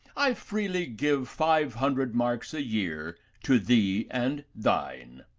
i freely give five hundred marks a year to thee and thine.